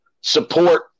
support